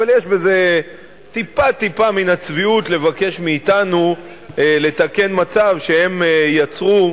אבל יש בזה טיפה-טיפה מן הצביעות לבקש מאתנו לתקן מצב שהם יצרו,